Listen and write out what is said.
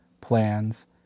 plans